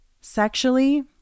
Sexually